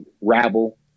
rabble